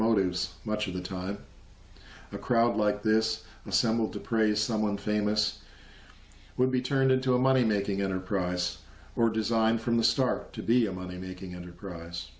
motives much of the time a crowd like this assemble to praise someone famous would be turned into a money making enterprise or designed from the start to be a money making enterprise